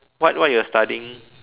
what what you're studying